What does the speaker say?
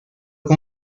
con